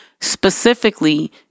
specifically